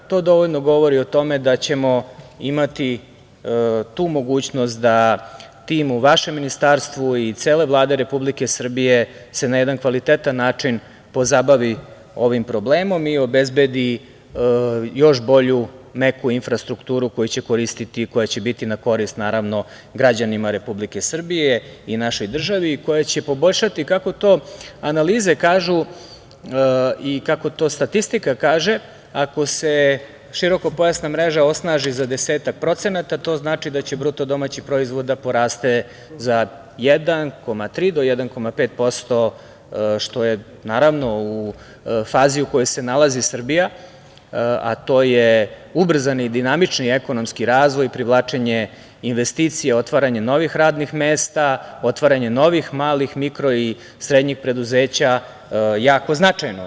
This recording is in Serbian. To dovoljno govori o tome da ćemo imati tu mogućnost da timu u vašem Ministarstvu i cele Vlade Republike Srbije na jedan kvalitetan način pozabavi ovim problemom i obezbedi još bolju meku infrastrukturu koju će koristiti i koja će biti na korist građanima Republike Srbije i našoj državi i koja će poboljšati, kako to analize kažu, i kako to statistika kaže, ako se širokopojasna mreža osnaži za desetak procenata to znači da će BDP da poraste za 1,3 do 1,5% što je u fazi u kojoj se nalazi Srbija, a to je ubrzani, dinamični, ekonomski razvoj, privlačenje investicija, otvaranje novih radnih mesta, otvaranje novih malih, mikro i srednjih preduzeća jako značajno.